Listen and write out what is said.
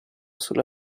sulla